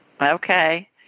Okay